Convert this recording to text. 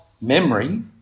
memory